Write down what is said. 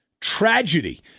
tragedy